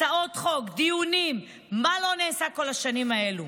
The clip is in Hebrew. הצעות חוק, דיונים, מה לא נעשה כל השנים האלו?